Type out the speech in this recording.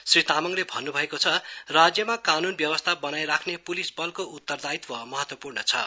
श्री तामङले भन्न्भएको छ राज्यमा कानून व्यवस्था बनाइ राख्ने पुलिस बलको उत्तरदायित्व महत्वपूर्ण हुन्छ